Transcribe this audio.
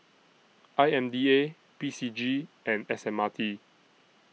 I M D A P C G and S M R T